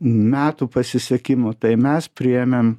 metų pasisekimų tai mes priėmėm